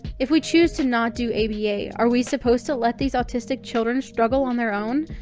if we choose to not do aba, are we supposed to let these autistic children struggle on their own?